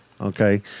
Okay